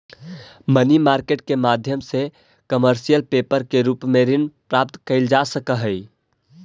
money market के माध्यम से कमर्शियल पेपर के रूप में ऋण प्राप्त कईल जा सकऽ हई